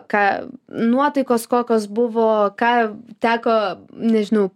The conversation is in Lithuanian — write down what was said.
ką nuotaikos kokios buvo ką teko nežinau